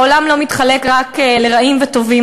העולם לא נחלק רק לרעים וטובים,